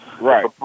right